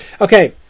Okay